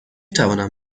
توانم